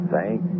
Thank